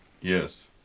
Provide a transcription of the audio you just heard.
Yes